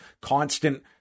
constant